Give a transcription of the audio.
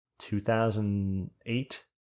2008